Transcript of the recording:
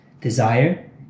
desire